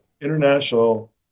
International